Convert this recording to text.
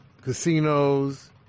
casinos